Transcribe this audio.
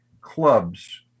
clubs